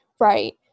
Right